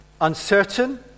Uncertain